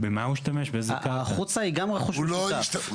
החוץ הוא גם רכוש משותף.